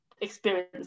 experience